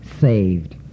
saved